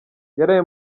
yaraye